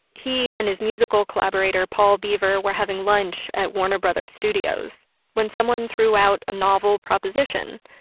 he and his musical collaborator paul beaver were having lunch at warner brothers studios when someone threw out a novel proposition.